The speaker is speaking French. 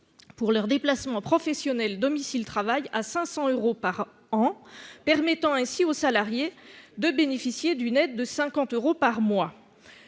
pour leurs déplacements professionnels domicile-travail, à 500 euros par an, ce qui permet aux salariés de bénéficier d'une aide de 50 euros par mois.